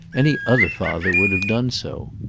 any other father would have done so.